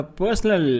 personal